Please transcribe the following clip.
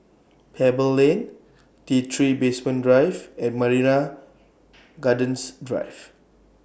Pebble Lane T three Basement Drive and Marina Gardens Drive